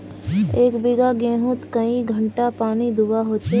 एक बिगहा गेँहूत कई घंटा पानी दुबा होचए?